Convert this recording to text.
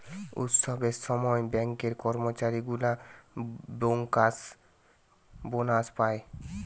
উৎসবের সময় ব্যাঙ্কের কর্মচারী গুলা বেঙ্কার্স বোনাস পায়